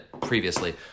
previously